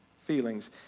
feelings